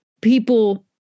people